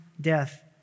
death